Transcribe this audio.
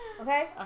Okay